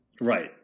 Right